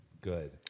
Good